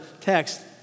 text